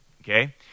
okay